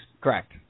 Correct